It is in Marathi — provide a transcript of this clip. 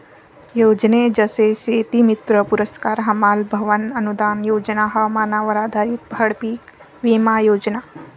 योजने जसे शेतीमित्र पुरस्कार, हमाल भवन अनूदान योजना, हवामानावर आधारित फळपीक विमा योजना